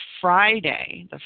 Friday